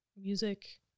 music